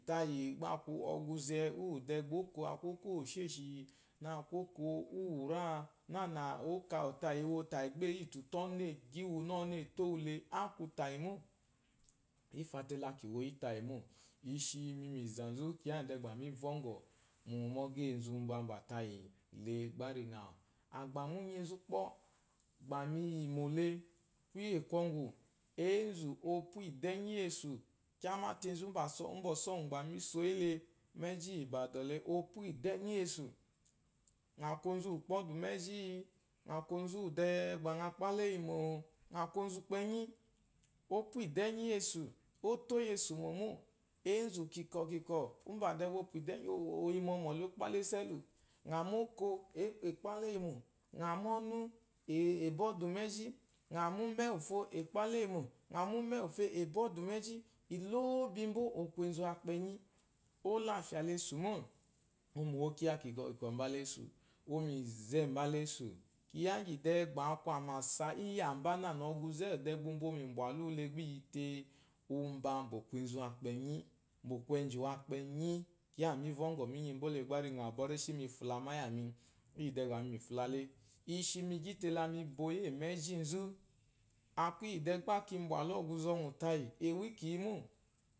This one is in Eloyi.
Tayì gbá a kwu ɔgwuzɛ úwù dɛ gbá óko a kwu óko úwèshéèshì, na á kwu óko úwúráa, náànà óko àwù tayì e wo tàyì gbà e yítù te ɔnú è gyí wu ná ɔ́nú e tó wu lɛ, á kwu tayì mô. Í fa te la kì wo yí tàyì mô. I shi mi mu zà nzú kiya nyì dɛ gbà mí vɔ́ŋgɔ̀, mu, mu ɛzhí íyì enzù mbambà tayì le, gbá ri ŋàwù. À gbà múnyinzú, kpɔ́, gbà mi yìmò le, kwúyè kwɔŋgwù. eénzù, o pwú ìdɛ́nyí íyì esù. kyáá máte, enzu úmbàfo, umbà ɔ́sú ɔ̀ŋwù. gbà mi so yí ele. mú ɛ́zhí íyì ibadɔ̀ lɛ. o pwú ìdɛ́nyì íyì esù ŋà kwu onzu úwù ùkpá ɔ́dù mu ɛ́zhííí, ŋà kwu onzu úwù dɛɛɛ, gbà ŋa kpálà éyi mòòò, ŋà kwu onzu ukpɛnyí. O pwú ìdɛ́nyì íyì esù, ó tówù esù mò mô. Eénzú kìkɔ̀-kìkɔ̀, úmbà dɛ bà "ò pwù ìdɛ́-ɛɛɛ” o yi mu ɔmɔ̀ le, o kpálà esù ɛ́lù. Ŋà má óko èé kè kpálà éyi mò, ŋà má ɔ́nú “è” èé kwù ùbɔ́ ɔ́dù mu ɛ́zhí, ŋà má úmɛ́ úwùfo è kpálà éyi mò, ŋà má úmɛ́ úwùfo è bɔ́ ɔ́dù mu ɛ́zhí ù lóóbi mbó. o kwu enzu wakpɛnyí. Ó lú àfyì à la èsù mô. O yi mu ìwo kyiya kìkɔ̀-ìkɔ̀, mbala èsù, o yi mu ìzzɛɛ̀ mbala èsù. Kyiya íŋgyì dɛɛ gbà a kwu àmàsa íyàmbá náànà ɔ̀gwuzɛ úwù gbà úmba o yi mu imwàlú ole gbá i yi tee, umba, mbà ɔ̀ kwu enzu wakpɛnyí. mbà ɔ̀ kwu ɛnzhì wakpɛnyí. Kyiya à mí vɔ́ŋgɔ̀ múnyimbó le gbá ri ŋàwù, bɔ́ réshí mu ifùlamà íyàmi, íyì dɛ gbà mì yi mu ìfùla le. I shi mi gyí te, la mi bo yí è mu ɛzhíi nzú. A kwu íyì dɛ gbá kì mbwàlú ɔgwuzɛ ɔŋwù tayì, ìrá i kì i yi mô.